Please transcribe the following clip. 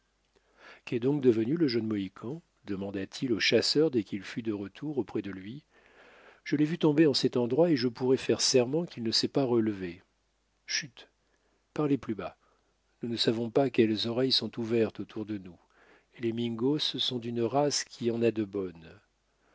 qu'est donc devenu le jeune mohican demanda-t-il au chasseur dès qu'il fut de retour auprès de lui je l'ai vu tomber en cet endroit et je pourrais faire serment qu'il ne s'est pas relevé chut parlez plus bas nous ne savons pas quelles oreilles sont ouvertes autour de nous et les mingos sont d'une race qui en a de bonnes